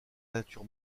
nature